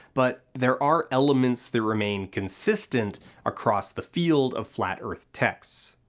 but there are elements that remain consistent across the field of flat earth texts.